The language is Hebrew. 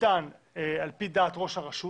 אני לא אומר תמיד ניתנת על פי דעת ראש הרשות